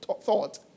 thought